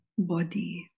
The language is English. body